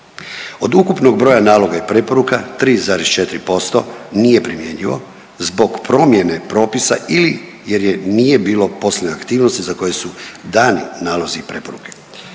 Od ukupnog broja naloga i preporuka 3,4% nije primjenjivo zbog promjene propisa ili, jer je nije bilo poslovne aktivnosti za koje su dani nalozi i preporuke.